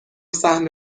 سهم